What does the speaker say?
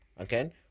okay